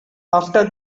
after